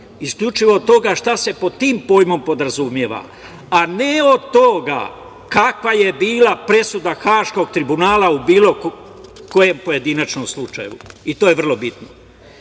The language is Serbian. isključivo od toga šta se pod tim pojmom podrazumeva, a ne od toga kakva je bila presuda Haškog tribunala u bilo kojem pojedinačnom slučaju. To je vrlo